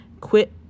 quit